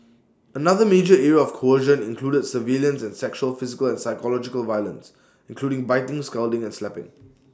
another major area of coercion included surveillance and sexual physical and psychological violence including biting scalding and slapping